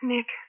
Nick